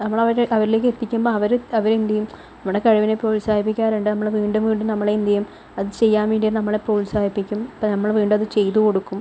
നമ്മൾ അവരിലേക്ക് അവരിലേക്ക് എത്തിക്കുമ്പോൾ അവര് അവർ എന്ത് ചെയ്യും നമ്മുടെ കഴിവിനെ പ്രോത്സാഹിപ്പിക്കാറുണ്ട് നമ്മൾ വീണ്ടും വീണ്ടും നമ്മളെ എന്ത് ചെയ്യും അത് ചെയ്യാൻ വേണ്ടി നമ്മളെ പ്രോത്സാഹിപ്പിക്കും അപ്പോൾ നമ്മള് അത് വീണ്ടും ചെയ്തു കൊടുക്കും